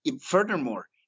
furthermore